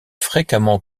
fréquemment